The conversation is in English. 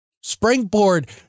springboard